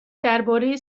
درباره